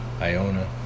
Iona